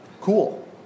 Cool